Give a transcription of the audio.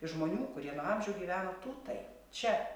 iš žmonių kurie nuo amžių gyveno tutaj čia